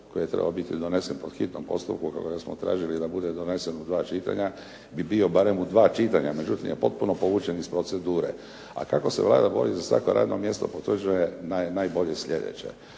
koji je trebao biti donesen po hitnom postupku kojega smo tražili da bude donesen u dva čitanja bi bio barem u dva čitanja. Međutim, je potpuno povućen iz procedure. A kako se Vlada bori za svako radno mjesto potvrđuje najbolje sljedeće,